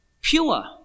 pure